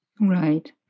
Right